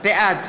בעד